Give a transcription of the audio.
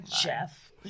Jeff